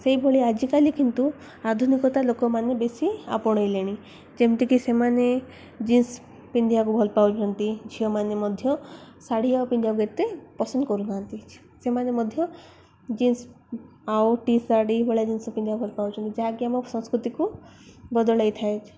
ସେଇଭଳି ଆଜିକାଲି କିନ୍ତୁ ଆଧୁନିକତା ଲୋକମାନେ ବେଶୀ ଆପଣେଇଲେଣି ଯେମିତିକି ସେମାନେ ଜିନ୍ସ ପିନ୍ଧିବାକୁ ଭଲ ପାଉଛନ୍ତି ଝିଅମାନେ ମଧ୍ୟ ଶାଢ଼ୀ ଆଉ ପିନ୍ଧିବାକୁ ଏତେ ପସନ୍ଦ କରୁନାହାନ୍ତି ସେମାନେ ମଧ୍ୟ ଜିନ୍ସ ଆଉ ଟି ସାର୍ଟ ଏଇଭଳିଆ ଜିନିଷ ପିନ୍ଧିବାକୁ ଭଲ ପାଉଛନ୍ତି ଯାହାକି ଆମ ସଂସ୍କୃତିକୁ ବଦଳାଇଥାଏ